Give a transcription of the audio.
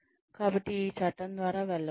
కాబట్టి ఈ చట్టం ద్వారా వెళ్ళవచ్చు